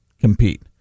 compete